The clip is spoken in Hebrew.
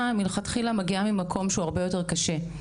מלכתחילה מגיעה ממקום שהוא הרבה יותר קשה,